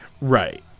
right